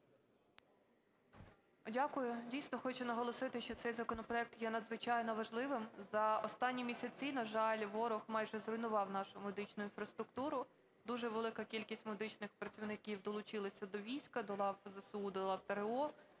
Дякую. Дійсно, хочу наголосити, що цей законопроект є надзвичайно важливим. За останні місяці, на жаль, ворог майже зруйнував нашу медичну інфраструктуру. Дуже велика кількість медичних працівників долучилися до війська, до лав ЗСУ, до лав ТРО